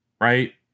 right